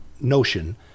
notion